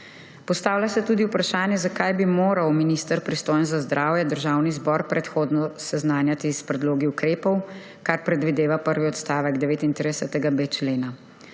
Postavlja se tudi vprašanje, zakaj bi moral minister, pristojen za zdravje, Državni zbor predhodno seznanjati s predlogi ukrepov, kar predvideva prvi odstavek 39.b člena.